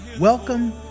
Welcome